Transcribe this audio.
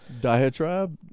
Diatribe